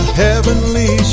heavenly